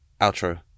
outro